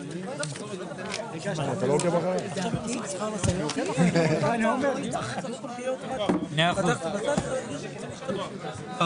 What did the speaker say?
13:44.